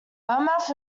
burnmouth